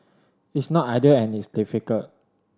it's not ideal and it's difficult